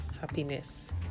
happiness